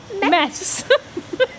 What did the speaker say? mess